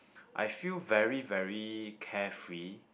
I feel very very carefree